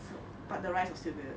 so but the rice is still good